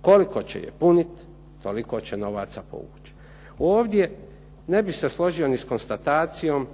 Koliko će je puniti toliko će novaca povući. Ovdje ne bih se složio ni s konstatacijom